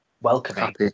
welcoming